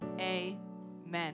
amen